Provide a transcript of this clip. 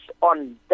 on